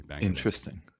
interesting